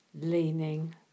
leaning